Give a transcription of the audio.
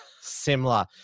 similar